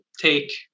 take